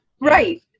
Right